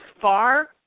far